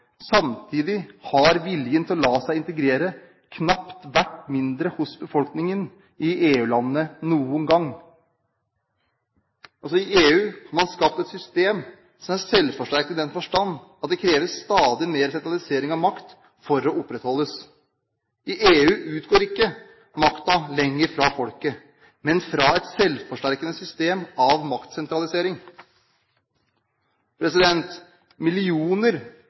Samtidig har viljen til å la seg integrere knapt noen gang vært mindre hos befolkningen i EU-landene. I EU har man skapt et system som er selvforsterket, i den forstand at det krever stadig mer sentralisering av makt for å kunne bli opprettholdt. I EU utgår ikke lenger makten fra folket, men fra et selvforsterkende system av maktsentralisering. Millioner